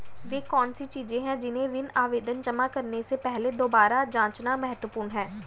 वे कौन सी चीजें हैं जिन्हें ऋण आवेदन जमा करने से पहले दोबारा जांचना महत्वपूर्ण है?